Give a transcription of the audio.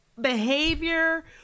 behavior